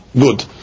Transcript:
good